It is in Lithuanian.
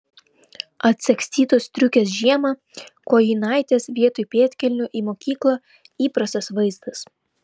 atsagstytos striukės žiemą kojinaitės vietoj pėdkelnių į mokyklą įprastas vaizdas